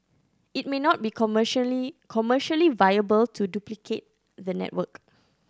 it may not be commercially commercially viable to duplicate the network